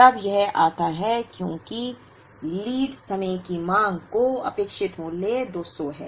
अब यह आता है क्योंकि लीड समय की मांग का अपेक्षित मूल्य 200 है